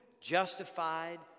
justified